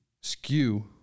skew